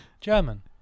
German